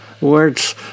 words